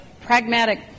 pragmatic